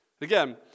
Again